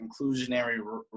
inclusionary